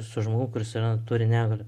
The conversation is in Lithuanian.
su žmogumi kuris yra turi negalią